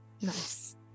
Nice